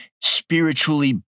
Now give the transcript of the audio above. spiritually